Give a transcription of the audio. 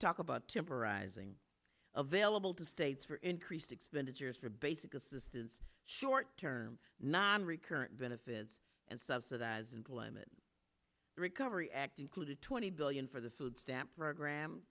talk about temporizing available to states for increased expenditures for basic assistance short term not recurrent benefits and subsidized and climate recovery act included twenty billion for the food stamp program